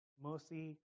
mercy